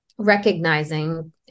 recognizing